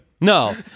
No